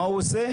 מה הוא עושה?